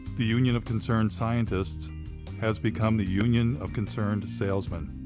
the union of concerned scientists has become the union of concerned salesmen,